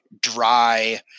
dry